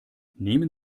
nehmen